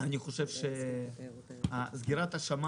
סגירת השמים